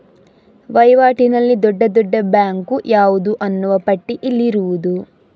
ವೈವಾಟಿನಲ್ಲಿ ದೊಡ್ಡ ದೊಡ್ಡ ಬ್ಯಾಂಕು ಯಾವುದು ಅನ್ನುವ ಪಟ್ಟಿ ಇಲ್ಲಿರುವುದು